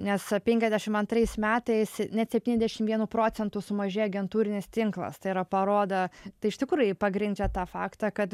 nes penkiasdešimt antrais metais net septyniasdešimt vienu procentu sumažėjo agentūrinis tinklas tai yra parodo tai iš tikrųjų pagrindžia tą faktą kad